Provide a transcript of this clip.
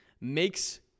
makes